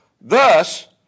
thus